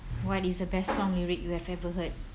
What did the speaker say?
what is the best song lyric you have ever heard